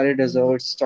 desserts